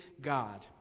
God